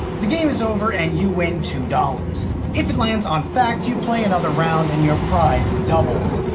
the game is over and you win two dollars. if it lands on fact, you play another round and your prize doubles.